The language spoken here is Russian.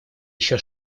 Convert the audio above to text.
еще